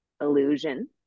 illusion